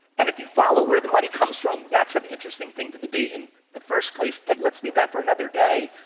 and if you follow where the money comes from, that's an interesting thing to debate in the first place but let's leave that for another day.